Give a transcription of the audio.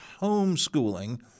homeschooling